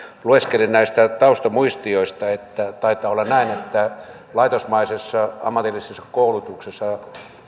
lueskelin näistä taustamuistioista että taitaa olla näin että laitosmaisessa ammatillisessa koulutuksessa